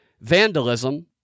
vandalism